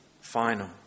final